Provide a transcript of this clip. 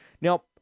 Now